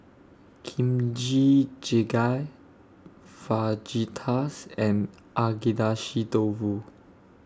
Kimchi Jjigae Fajitas and Agedashi Dofu